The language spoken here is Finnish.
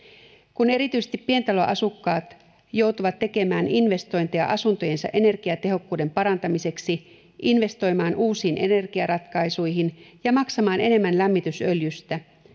kun erityisesti pientaloasukkaat joutuvat tekemään investointeja asuntojensa energiatehokkuuden parantamiseksi investoimaan uusiin energiaratkaisuihin ja maksamaan enemmän lämmitysöljystä